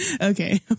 Okay